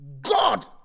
god